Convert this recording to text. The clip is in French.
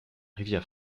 rivière